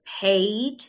paid